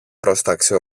πρόσταξε